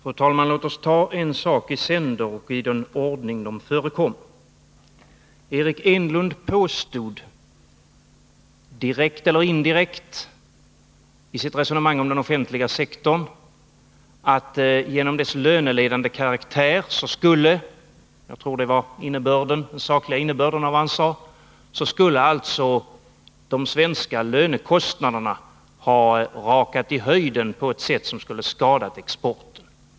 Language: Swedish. Fru talman! Låt oss ta en sak i sänder i den ordning de förekommer. Eric Enlund påstod direkt eller indirekt i sitt resonemang om den offentliga sektorn att genom dess löneledande karaktär skulle — jag tror att det var den sakliga innebörden av vad han sade — de svenska lönekostnaderna ha rakat i höjden på ett sätt som skulle skada exporten.